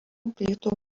plytų